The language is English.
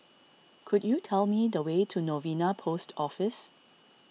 could you tell me the way to Novena Post Office